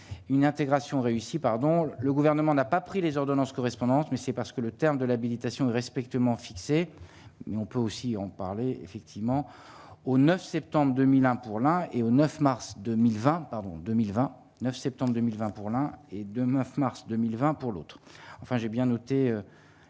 une intégration réussie, pardon, le gouvernement n'a pas pris les ordonnances correspondantes, mais c'est parce que le terme de l'habilitation respectivement fixées mais on peut aussi en parler effectivement au 9 septembre 2001 pour la. Et au 9 mars 2020 pardon 2020 9 septembre 2020 pour l'un et de MAAF, mars 2020 pour l'autre, enfin j'ai bien noté